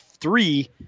three